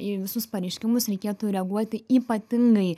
į visus pareiškimus reikėtų reaguoti ypatingai